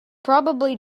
probably